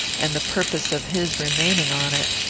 and the purpose of his remaining on it.